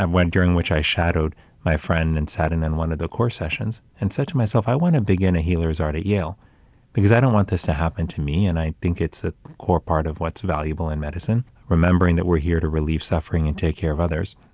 when during which i shadowed my friend and sat in on one of the core sessions and said to myself, i want to begin a healer's art at yale because i don't want this to happen to me. and i think it's a core part of what's valuable in medicine, remembering that we're here to relieve suffering and take care of others.